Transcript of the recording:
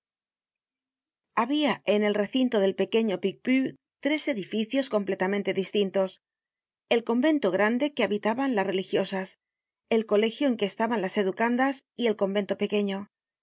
habia en el recinto del pequeño picpus tres edificios completamente distintos el convento grande que habitaban las religiosas el colegio en que estaban las educandas y el convento pequeño